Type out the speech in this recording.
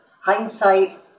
Hindsight